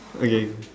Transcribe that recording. okay kay